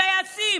טייסים,